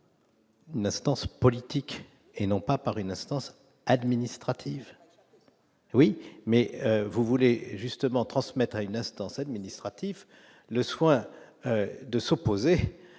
Instance politique et non pas par une instance administrative, oui mais vous voulez justement transmettra une instance administrative le soin de s'opposer